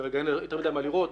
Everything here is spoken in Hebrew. כרגע אין יותר מדיי מה לראות,